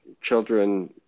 children